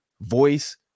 voice